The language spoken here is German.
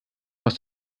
aus